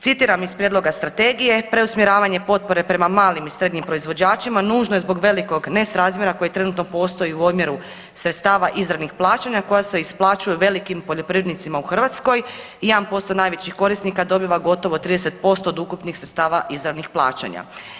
Citiram iz prijedloga Strategije, preusmjeravanje potpore prema malim i srednjim proizvođačima nužno je zbog velikog nesrazmjera koji trenutno postoji u omjeru sredstava izravnih plaćanja koja se isplaćuju velikim poljoprivrednicima u Hrvatskoj i 1% najvećih korisnika dobiva gotovo 30% od ukupnih sredstava izravnih plaćanja.